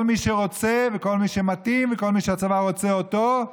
כל מי שרוצה וכל מי שמתאים וכל מי שהצבא רוצה אותו,